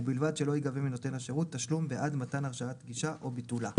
ובלבד שלא ייגבה מנותן השירות תשלום בעד מתן הרשאת גישה או ביטולה.